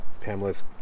Pamela's